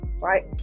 right